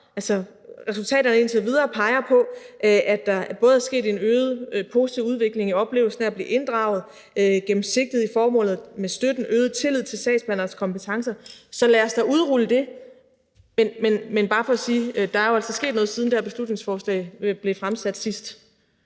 Resultaterne indtil videre peger på, at der er sket både en øget positiv udvikling i oplevelsen af at blive inddraget, gennemsigtighed i formålet med støtten og øget tillid til sagsbehandlerens kompetencer. Så lad os da udrulle det. Det er bare for at sige, at der jo altså er sket noget, siden det her beslutningsforslag blev fremsat sidst.